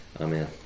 Amen